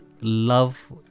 love